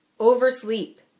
Oversleep